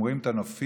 הם רואים את הנופים,